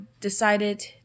decided